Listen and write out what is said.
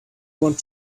want